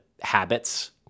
habits